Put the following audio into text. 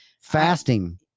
Fasting